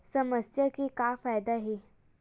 समस्या के का फ़ायदा हे?